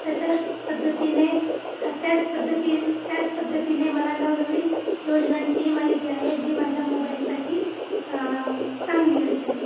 तशाच पद्धतीने त्याच पद्धती त्याच पद्धतीने मला नवनवीन योजनांची ही माहिती आहे जी माझ्या मोबाईलसाठी चांगली असेल